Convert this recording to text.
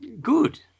Good